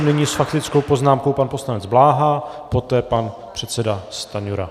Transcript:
Nyní s faktickou poznámkou pan poslanec Bláha, poté pan předseda Stanjura.